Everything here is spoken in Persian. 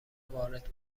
وارد